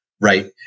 Right